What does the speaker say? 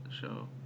show